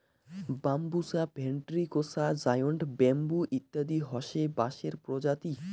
Bambusa ventricosa, giant bamboo ইত্যাদি হসে বাঁশের প্রজাতি